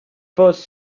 first